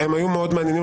הם היו מאוד מעניינים,